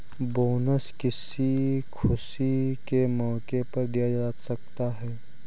bonus किसी खुशी के मौके पर दिया जा सकता है